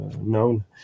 known